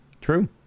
True